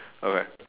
okay